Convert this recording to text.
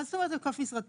מה זאת אומרת היקף משרתו?